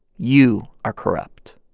you are corrupt.